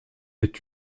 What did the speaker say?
est